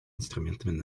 инструментами